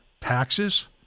taxes